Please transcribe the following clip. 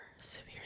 severe